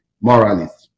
moralist